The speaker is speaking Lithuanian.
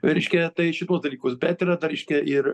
reiškia tai šituos dalykus bet yra dar reiškia ir